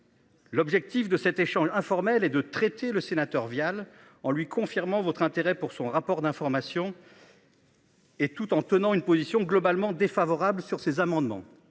L'objectif de cet échange informel et de traiter le sénateur Vial en lui confirmant votre intérêt pour son rapport d'information. Et tout en tenant une position globalement défavorable sur ces amendements